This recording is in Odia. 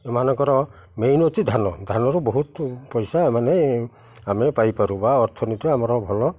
ଏମାନଙ୍କର ମେନ୍ ଅଛି ଧାନ ଧାନରୁ ବହୁତ ପଇସା ମାନେ ଆମେ ପାଇପାରୁ ବା ଅର୍ଥନୀତି ଆମର ଭଲ